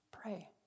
pray